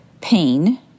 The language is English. pain